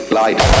light